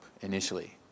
initially